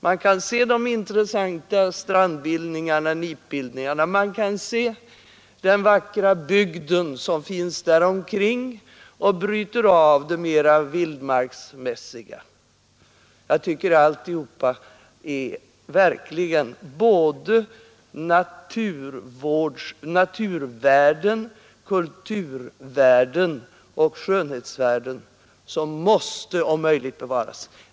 Man kan se de intressanta nipbildningarna vid stränderna, och man kan se den vackra bygden som finns där mellan det mera vildmarksbetonade. Där finns både naturvärden, kulturvärden och skönhetsvärden som måste om möjligt bevaras.